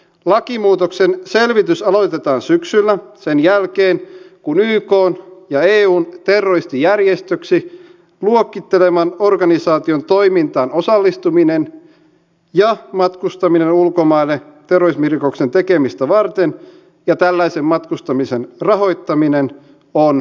lakimuutoksen selvitys aloitetaan syksyllä sen jälkeen kun ykn ja eun terroristijärjestöksi luokitteleman organisaation toimintaan osallistuminen ja matkustaminen ulkomaille terrorismirikoksen tekemistä varten ja tällaisen matkustamisen rahoittaminen on kriminalisoitu